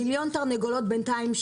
במהלך המחקר מיליון תרנגולות סובלות,